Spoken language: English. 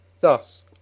Thus